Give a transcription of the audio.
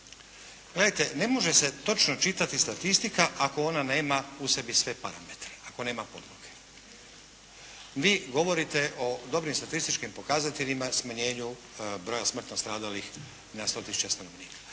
Gledajte, ne može se točno čitati statistika ako ona nema u sebi sve parametre, ako nema podloge. Vi govorite o dobrim statističkim pokazateljima smanjenju broja smrtno stradalih na 100000 stanovnika.